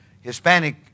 Hispanic